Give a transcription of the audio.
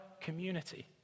community